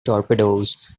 torpedoes